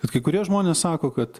bet kai kurie žmonės sako kad